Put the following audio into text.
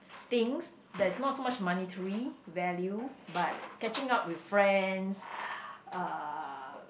things that is not so much monetary value but catching up with friends uh